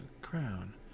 crown